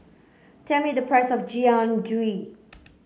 tell me the price of Jian Dui